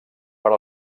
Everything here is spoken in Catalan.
per